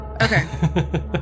Okay